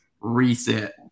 reset